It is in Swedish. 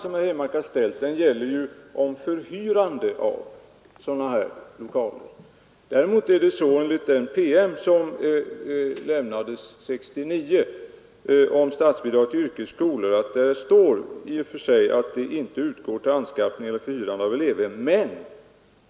Som herr Henmark har ställt frågan gäller det förhyrande av lokaler för ändamålet. Enligt den år 1969 utarbetade promemorian om statsbidrag till yrkesskolor skall bidrag visserligen i och för sig inte utgå till förhyrande av elevhem.